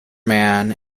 man